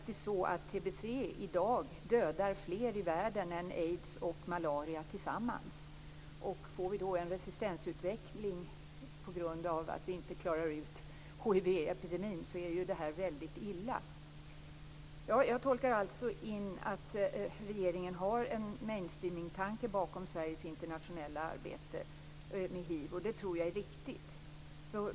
Tbc dödar i dag fler människor i världen än aids och malaria tillsammans. Får vi en resistensutveckling på grund av att vi inte klarar ut hivepidemin är det väldigt illa. Jag tolkar alltså in att regeringen har en mainstreaming-tanke bakom Sveriges internationella arbete med hiv, och det tror jag är riktigt.